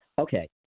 Okay